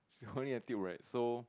she holding a tilt rack so